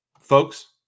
Folks